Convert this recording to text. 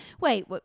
Wait